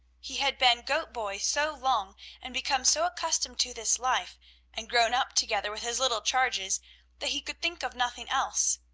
he had been goat-boy so long and become so accustomed to this life and grown up together with his little charges that he could think of nothing else.